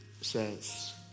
says